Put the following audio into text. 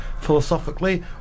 philosophically